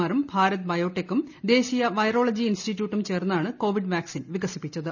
R ഉം ഭാരത് ബ്രയോടെക്കും ദേശീയ വൈറോളജി ഇൻസ്റ്റിറ്റ്യൂട്ടും ചേർന്നാണ് കോവിഡ് വാക്സിൻ വികസിപ്പിച്ചത്